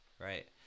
right